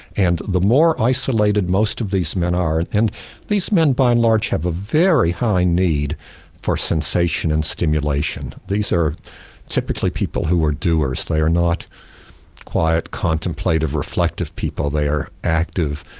and the more isolated most of these men are and these men by and large have a very high need for sensation and stimulation these are typically people who are doers, they are not quiet contemplative reflective people, they are active.